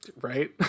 Right